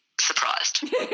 surprised